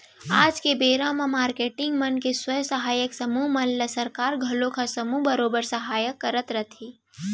आज के बेरा म मारकेटिंग मन के स्व सहायता समूह मन ल सरकार घलौ ह समूह बरोबर सहयोग करत रथे